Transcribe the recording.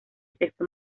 sexo